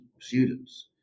students